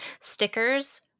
Stickers